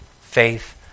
faith